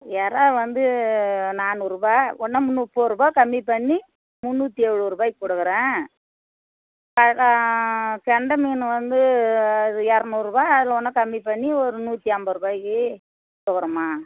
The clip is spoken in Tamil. இறா வந்து நானூறுபாய் வேண்ணால் மூ முப்பது ரூபா கம்மி பண்ணி முன்னூற்றி எழுபது ரூபாய்க்கு கொடுக்குறேன் அதான் கெண்டை மீன் வந்து எரநூறுபாய் அதில் வேணால் கம்மி பண்ணி ஒரு நூற்றி ஐம்பது ரூபாய்க்கு கொடுக்கறேம்மா